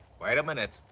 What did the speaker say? wait a minute!